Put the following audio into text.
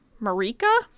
marika